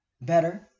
better